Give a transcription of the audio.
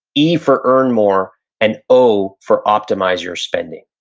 e for earn more and o for optimize your spending.